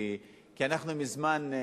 כי אנחנו מזמן,